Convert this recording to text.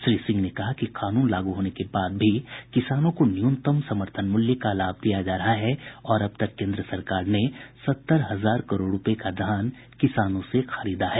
श्री सिंह ने कहा कि कानून लागू होने के बाद भी किसानों को न्यूनतम समर्थन मूल्य का लाभ दिया जा रहा है और अब तक केंद्र सरकार ने सत्तर हजार करोड़ रुपये का धान किसानों से खरीदा है